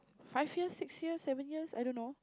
five years six years seven years I don't know